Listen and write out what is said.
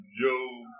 Joe